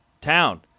town